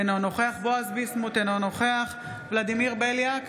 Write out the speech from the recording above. אינו נוכח בועז ביסמוט, אינו נוכח ולדימיר בליאק,